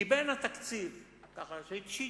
כי בין התקציב, שידעו,